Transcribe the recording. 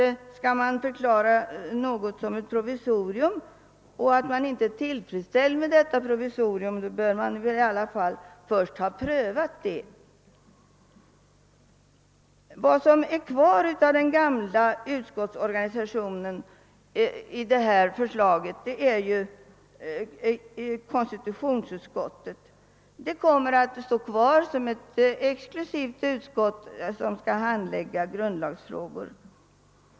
Men har man förklarat något vara ett provisorium bör man väl, även om man inte är till freds med detta provisorium, först pröva det. Kvar av den gamla utskottsorganisationen är bara konstitutionsutskottet. Det kommer att stå kvar som ett exklusivt utskott som skall handlägga grundlagsfrågor.